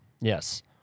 Yes